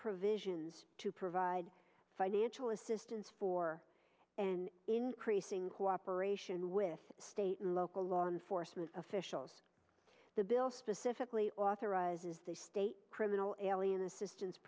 provisions to provide financial assistance for an increasing cooperation with state and local law enforcement officials the bill specifically authorizes the state alien assistance